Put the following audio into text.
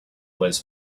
was